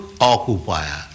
occupier